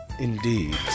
Indeed